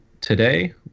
Today